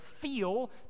feel